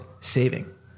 saving